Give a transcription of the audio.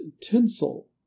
tinsel